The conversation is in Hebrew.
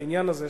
בעניין הזה,